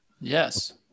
Yes